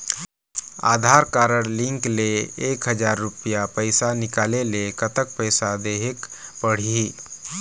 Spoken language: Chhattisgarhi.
आधार कारड लिंक ले एक हजार रुपया पैसा निकाले ले कतक पैसा देहेक पड़ही?